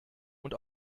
und